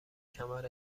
کمر